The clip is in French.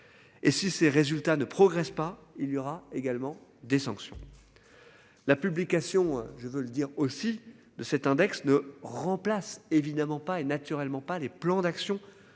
Et si ces résultats ne progresse pas. Il y aura également des sanctions. La publication, je veux le dire aussi de cet index ne remplace évidemment pas et naturellement pas les plans d'action que les